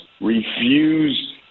refuse